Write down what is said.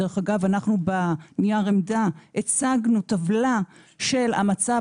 דרך אגב, אנחנו בנייר העמדה הצגנו טבלה של המצב